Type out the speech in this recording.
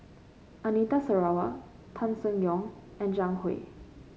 Anita Sarawak Tan Seng Yong and Zhang Hui